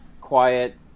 quiet